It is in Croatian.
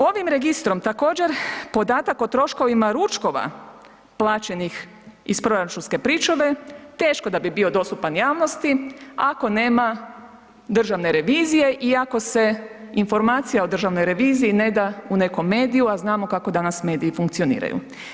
Ovim registrom također, podatak o troškovima ručkovima plaćenih iz proračunske pričuve teško da bi bio dostupan javnosti, ako nema države revizije i ako se informacije o državnoj reviziji ne da u nekom mediju, a znamo kako danas mediji funkcioniraju.